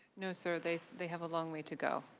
no sir, they they have a long way to go.